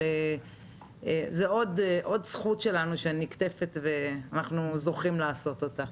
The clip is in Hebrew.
זאת עוד זכות שלנו שאנחנו זוכים לעשות אותה.